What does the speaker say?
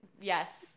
Yes